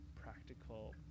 practical